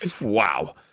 Wow